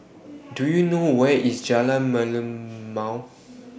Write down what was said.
Do YOU know Where IS Jalan Merlimau